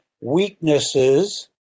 weaknesses